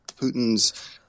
Putin's